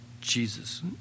Jesus